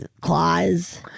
claws